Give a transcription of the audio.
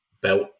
belt